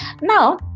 Now